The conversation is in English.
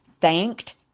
thanked